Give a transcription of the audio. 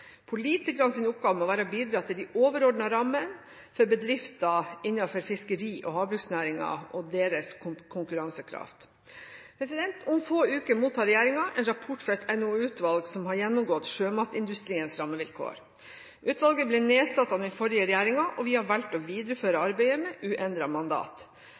oppgave må være å bidra til de overordnede rammene for bedrifter innenfor fiskeri- og havbruksnæringen og deres konkurransekraft. Om få uker mottar regjeringen en rapport fra et NOU-utvalg som har gjennomgått sjømatindustriens rammevilkår. Utvalget ble nedsatt av den forrige regjeringen, og vi har valgt å videreføre arbeidet med uendret mandat.